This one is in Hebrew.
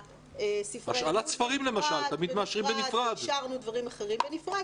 ספרי הלימוד בנפרד ואישרנו דברים אחרים בנפרד